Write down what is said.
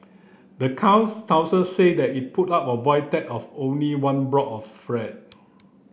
the town council said it put up the Void Deck of only one block of flat